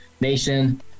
Nation